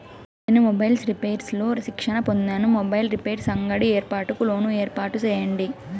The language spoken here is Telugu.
నేను మొబైల్స్ రిపైర్స్ లో శిక్షణ పొందాను, మొబైల్ రిపైర్స్ అంగడి ఏర్పాటుకు లోను ఏర్పాటు సేయండి?